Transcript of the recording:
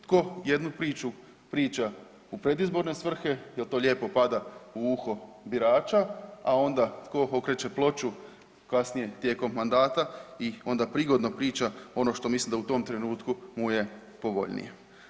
Tko jednu priču priča u predizborne svrhe, jel' to lijepo pada u uho birača, a onda tko okreće ploču kasnije tijekom mandata i onda prigodno priča ono što misli da u tom trenutku mu je povoljnije.